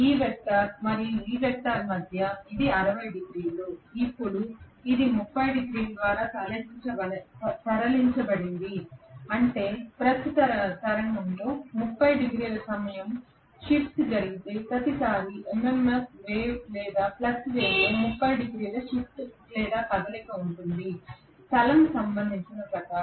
ఈ వెక్టర్ మరియు ఈ వెక్టర్ మధ్య ఇది 60 డిగ్రీలు ఇది ఇప్పుడు 30 డిగ్రీల ద్వారా తరలించబడింది అంటే ప్రస్తుత తరంగంలో 30 డిగ్రీల సమయం షిఫ్ట్ జరిగే ప్రతిసారీ MMF వేవ్ లేదా ఫ్లక్స్ వేవ్లో 30 డిగ్రీల షిఫ్ట్ లేదా కదలిక ఉంటుంది స్థలం సంబంధించిన ప్రకారం